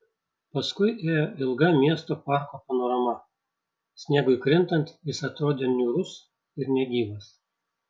paskui ėjo ilga miesto parko panorama sniegui krintant jis atrodė niūrus ir negyvas